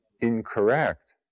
incorrect